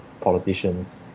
politicians